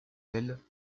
ailes